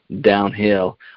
downhill